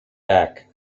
back